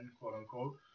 quote-unquote